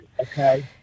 Okay